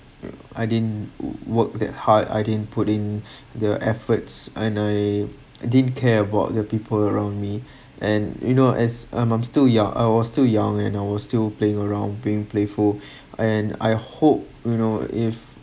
I didn't work that hard I didn’t put in the efforts and I didn't care about the people around me and you know as I am still young I was still young and I was still playing around being playful and I hope you know if